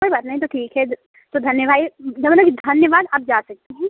कोई बात नहीं तो ठीक है तो धन्य वाई मेरा मतलब कि धन्यवाद आप जा सकती हैं